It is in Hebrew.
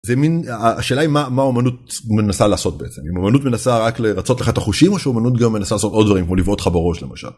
זה מן השאלה היא מה אמנות מנסה לעשות בעצם אם אמנות מנסה רק לרצות לך את החושים או שאמנות גם מנסה לעשות עוד דברים או לבעוט לך בראש למשל.